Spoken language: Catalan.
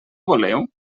voleu